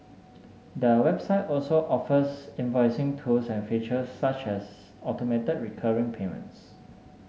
the website also offers invoicing tools and features such as automated recurring payments